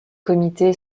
comité